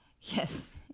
yes